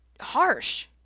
harsh